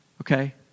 okay